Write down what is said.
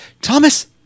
Thomas